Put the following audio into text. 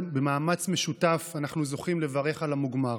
במאמץ משותף אנחנו זוכים לברך על המוגמר.